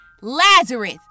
Lazarus